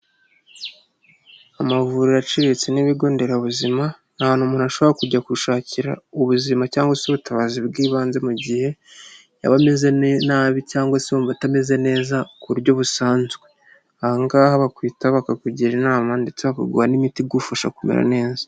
Amavuriro aciritse n'ibigonderabuzima. Ni ahantu umuntu ashobora kujya gushakira ubuzima cyangwa se ubutabazi bw'ibanze mu gihe yaba ameze nabi cyangwa se yumva atameze neza ku buryo busanzwe. Aha ngaha bakwitaho bakakugira inama ndetse bakaguha n'imiti igufasha kumera neza.